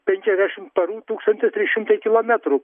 penkiasdešim parų tūkstantis trys šimtai kilometrų